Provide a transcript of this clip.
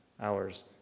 hours